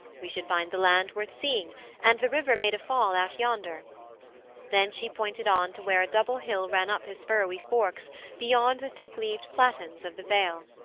we should find the land worth seeing and the river made a fall out yonder then she pointed on to where a double hill ran up his furrowy forks beyond the thick-leaved platans of the vale.